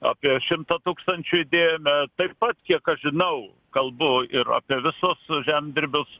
apie šimtą tūkstančių įdėjome taip pat kiek aš žinau kalbu ir apie visus žemdirbius